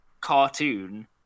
cartoon